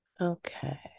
okay